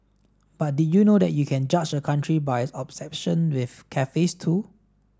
but did you know that you can judge a country by its obsession with cafes too